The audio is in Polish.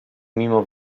mimo